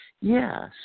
yes